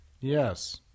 Yes